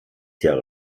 jahre